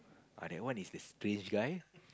uh that one is a strange guy